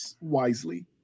wisely